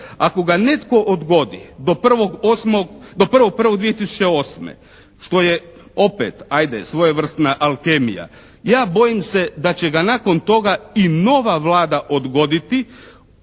Ako ga netko odgodi do 1.8., do 1.1.2008., što je opet ajde svojevrsna alkemija ja bojim se da će ga nakon toga i nova Vlada odgoditi,